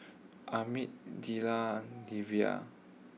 Amit and Devi